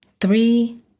three